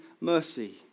mercy